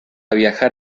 viajar